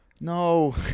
No